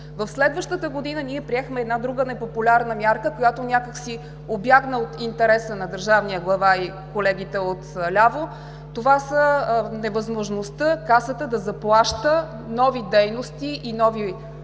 В следващата година ние приехме една друга непопулярна мярка, която някак си убягна от интереса на държавния глава и колегите от ляво. Това е невъзможността Касата да заплаща нови дейности и нови